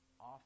off